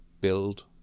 build